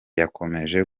yakomoje